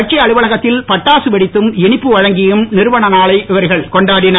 கட்சி அலுவலகத்தில் பட்டாசு வெடித்தும் இனிப்பு வழங்கியும் நிறுவன நாளை இவர்கள் கொண்டாடினர்